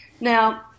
Now